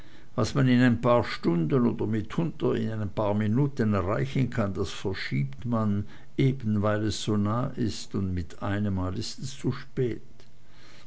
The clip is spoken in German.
was man in ein paar stunden und mitunter in ein paar minuten erreichen kann das verschiebt man eben weil es so nah ist und mit einemmal ist es zu spät